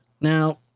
now